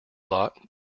lot